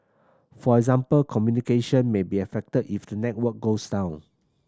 for example communication may be affected if the network goes down